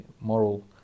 moral